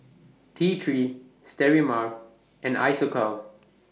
T three Sterimar and Isocal